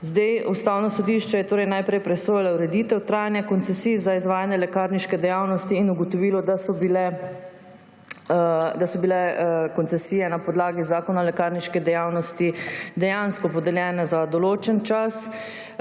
Ustavno sodišče je torej najprej presojalo ureditev trajanja koncesij za izvajanje lekarniške dejavnosti in ugotovilo, da so bile koncesije na podlagi Zakona o lekarniški dejavnosti dejansko podeljene za določen čas,